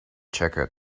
checker